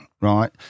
right